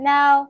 Now